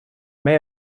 may